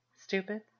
Stupid